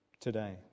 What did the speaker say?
today